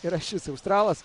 yra šis australas